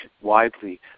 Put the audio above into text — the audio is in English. widely